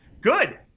good